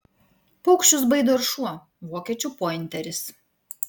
paukščius baido ir šuo vokiečių pointeris